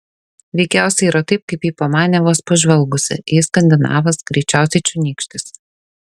veikiausiai yra taip kaip ji pamanė vos pažvelgusi jis skandinavas greičiausiai čionykštis